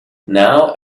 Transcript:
now